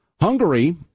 Hungary